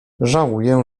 żałuję